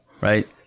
right